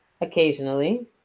occasionally